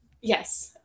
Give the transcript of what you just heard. Yes